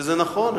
שזה נכון.